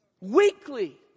weekly